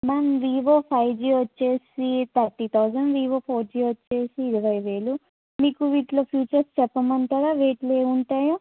ma'am Vivo five G వచ్చేసి thirty thousand Vivo four G వచ్చేసి ఇరవై వేలు మీకు వీటిలో ఫ్యూచర్స్ చెప్పమంటారా వీటిలో ఏవుంటాయో